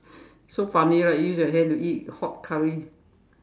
so funny right use your hand to eat hot curry